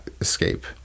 escape